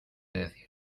decir